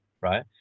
right